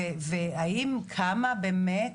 וכמה באמת,